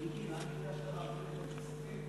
חבר הכנסת עיסאווי